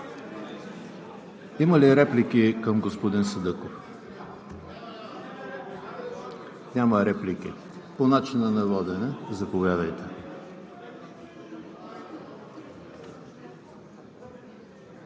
Има ли реплики към господин Садъков? Няма. По начина на водене – заповядайте.